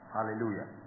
Hallelujah